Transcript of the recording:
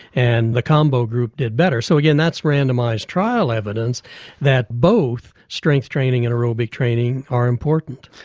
and the combo group did better. so again that's randomised trial evidence that both strength training and aerobic training are important.